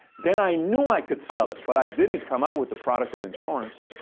then i knew i could sell it. but i didn't come out with the product of insurance.